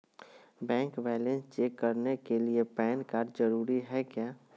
Bank balance check करने के लिए पैन कार्ड जरूरी है क्या?